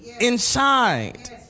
inside